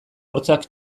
hortzak